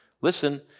listen